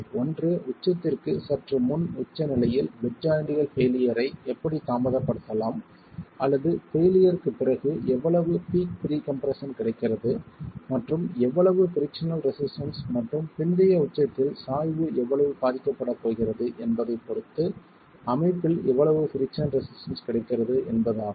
ஒன்று உச்சத்திற்கு சற்று முன் உச்சநிலையில் பெட் ஜாய்ண்ட்கள் பெயிலியர்யை எப்படி தாமதப்படுத்தலாம் அல்லது பெயிலியர்க்குப் பிறகு எவ்வளவு பீக் ப்ரீகம்ப்ரஷன் கிடைக்கிறது மற்றும் எவ்வளவு பிரிக்ஸனல் ரெசிஸ்டன்ஸ் மற்றும் பிந்தைய உச்சத்தில் சாய்வு எவ்வளவு பாதிக்கப்படப் போகிறது என்பதைப் பொறுத்து அமைப்பில் எவ்வளவு பிரிக்ஸன் ரெசிஸ்டன்ஸ் கிடைக்கிறது என்பது ஆகும்